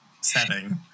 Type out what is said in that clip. setting